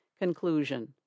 Conclusion